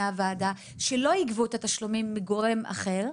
הוועדה שלא יגבו את התשלומים מגורם אחר,